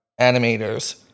animators